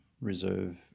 reserve